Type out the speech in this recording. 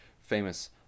famous